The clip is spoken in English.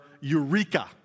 Eureka